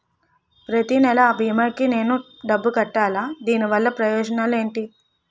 ప్రతినెల అ భీమా కి నేను డబ్బు కట్టాలా? దీనివల్ల ప్రయోజనాలు ఎంటి?